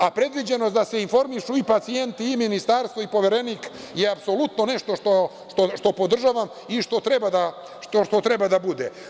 A, predviđeno je da se informišu i pacijenti i Ministarstvo i Poverenik je apsolutno nešto što podržavam i što treba da bude.